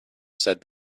said